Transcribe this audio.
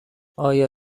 آیا